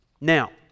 Now